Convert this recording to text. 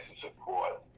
support